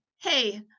hey